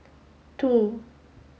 two